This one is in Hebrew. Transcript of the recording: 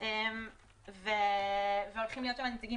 אלו החריגים ליציאה